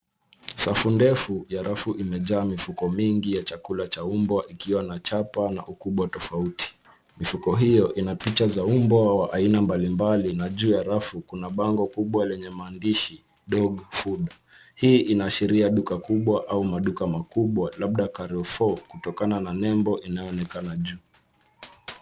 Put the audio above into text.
Safu ndefu ya rafu imejaa mifuko mingi ya chakula cha umbwa ikiwa na chapa na ukubwa tofauti. Mifuko hio ina picha za mbwa wa mbwa mbali mbali na juu ya rafu kuna bango kubwa lenye maandishi dog food . Hii inaashiria duka kubwa au maduka makubwa labda CarreFour , kutokana na nembo inayoonekana juu.